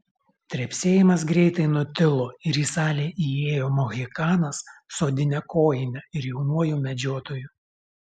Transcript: trepsėjimas greitai nutilo ir į salę įėjo mohikanas su odine kojine ir jaunuoju medžiotoju